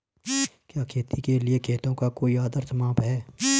क्या खेती के लिए खेतों का कोई आदर्श माप है?